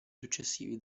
successivi